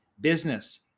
business